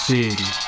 City